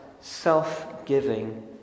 self-giving